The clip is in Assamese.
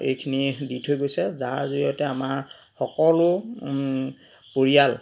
এইখিনি দি থৈ গৈছে যাৰ জৰিয়তে আমাৰ সকলো পৰিয়াল